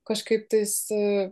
kažkaip tais